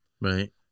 Right